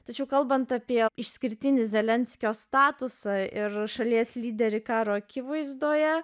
tačiau kalbant apie išskirtinį zelenskio statusą ir šalies lyderį karo akivaizdoje